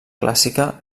clàssica